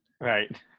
Right